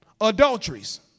Adulteries